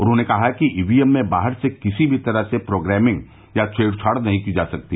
उन्होंने कहा कि ईवीएम में बाहर से किसी भी तरह से प्रोग्रामिंग या छेड़छाड़ नहीं की जा सकती